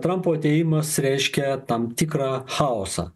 trampo atėjimas reiškia tam tikrą chaosą